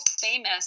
famous